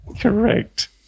Correct